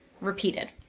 repeated